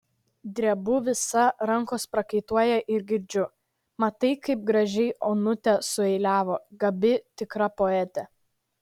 drebu visa rankos prakaituoja ir girdžiu matai kaip gražiai onutė sueiliavo gabi tikra poetė